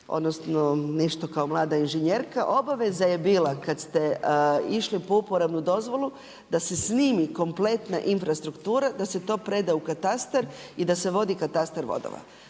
odnosno nešto kao mlada inženjerka obaveza je bila kad ste išli po uporabnu dozvolu da se snimi kompletna infrastruktura, da se to preda u katastar i da se vodi katastar vodova.